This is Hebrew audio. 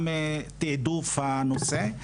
גם תעדוף הנושא.